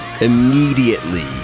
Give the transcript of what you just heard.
immediately